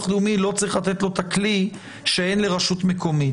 לאומי את הכלי שאין לרשות מקומית.